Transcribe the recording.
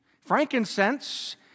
Frankincense